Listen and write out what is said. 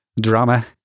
Drama